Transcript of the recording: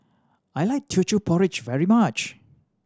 I like Teochew Porridge very much